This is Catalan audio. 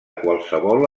qualsevol